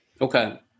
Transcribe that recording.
Okay